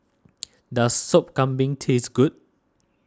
does Sop Kambing taste good